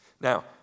Now